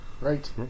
right